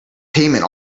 payment